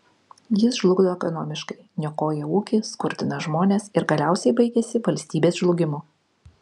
jis žlugdo ekonomiškai niokoja ūkį skurdina žmones ir galiausiai baigiasi valstybės žlugimu